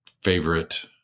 favorite